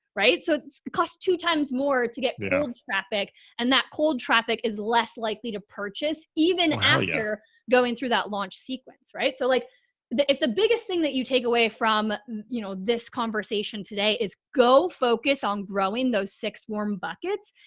right? so costs two times more to get cold but um traffic and that cold traffic is less likely to purchase even after going through that launch sequence. right. so like if the biggest thing that you take away from you know this conversation today is go focus on growing those six warm buckets,